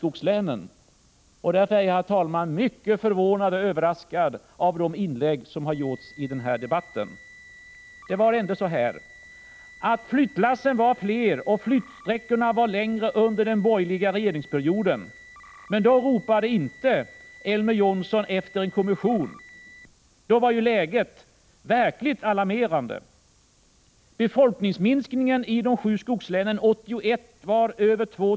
Därför är jag, herr talman, mycket förvånad och överraskad över de inlägg som gjorts i den här Prot. 1985/86:103 debatten. 1 april 1986 Det var ändå så att flyttlassen var fler och flyttsträckorna längre under den FR SA EE Om tillsättande av en borgerliga regeringsperioden, men då ropade inte Elver Jonsson efter någon ionalpolitisk k kommission. Då var läget verkligt alarmerande. Befolkningsminskningen i Brera PoRKREROM, mission de sju skogslänen år 1981 var över 2 000.